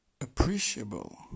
appreciable